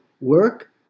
work